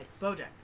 Bojack